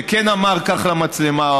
שכן אמר כך למצלמה,